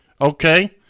okay